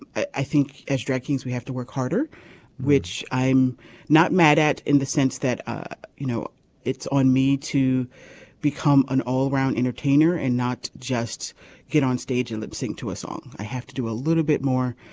i think as drag kings we have to work harder which i'm not mad at. in the sense that you know it's on me to become an all round entertainer and not just get on stage and sing to a song. i have to do a little bit more.